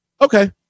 Okay